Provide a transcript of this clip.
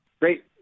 Great